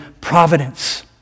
providence